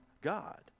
God